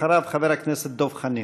אחריו, חבר הכנסת דב חנין.